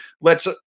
lets